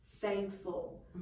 thankful